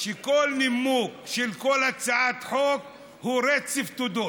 כל נימוק של כל הצעת חוק הוא רצף תודות.